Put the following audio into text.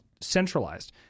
centralized